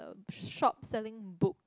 shop selling book